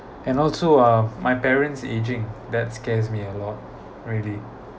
and also uh my parents ageing that scares me a lot really